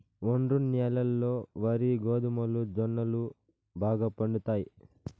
ఒండ్రు న్యాలల్లో వరి, గోధుమ, జొన్నలు బాగా పండుతాయి